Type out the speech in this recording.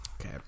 Okay